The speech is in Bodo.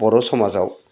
बर' समाजाव